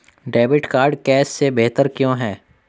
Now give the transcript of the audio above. Debit card cash से बेहतर क्यों है?